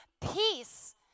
peace